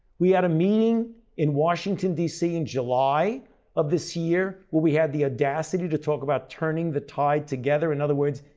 we had a meeting in washington d c. in july of this year where we had the audacity to talk about turning the tide together, in other words,